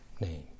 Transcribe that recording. name